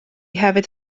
hefyd